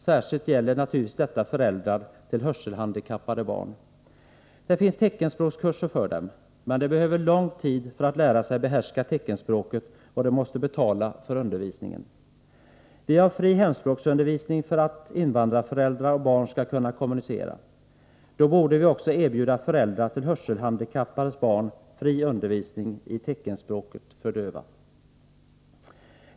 Särskilt gäller naturligtvis detta föräldrar till hörselhandikappade barn. Det finns teckenspråkskurser för dem. Men de behöver lång tid för att lära sig behärska teckenspråket, och de måste betala för undervisningen. Vi har fri hemspråksundervisning för att invandrarföräldrar och barn skall kunna kommunicera. Då borde vi också erbjuda föräldrar till hörselhandikappade barn fri undervisning i teckenspråket för döva.